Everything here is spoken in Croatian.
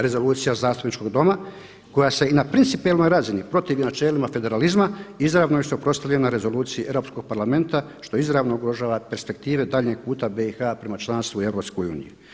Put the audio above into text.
Rezolucija Zastupničkog doma koja se i na principijelnoj razini protivi načelima federalizma izravno je suprotstavljena Rezoluciji Europskog parlamenta što izravno ugrožava perspektive daljnjeg puta BiH prema članstvu u EU.